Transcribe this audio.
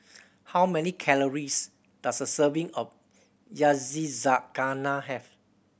how many calories does a serving of Yakizakana have